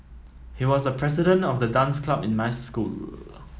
he was the president of the dance club in my school